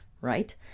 right